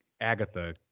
Agatha